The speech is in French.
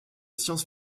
science